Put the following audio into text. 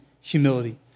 humility